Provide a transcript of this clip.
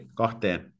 kahteen